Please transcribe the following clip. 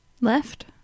left